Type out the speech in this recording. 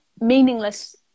meaningless